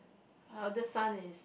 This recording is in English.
eldest son is